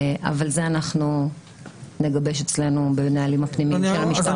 אבל את זה אנחנו נגבש אצלנו בנהלים הפנימיים של המשטרה.